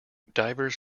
divers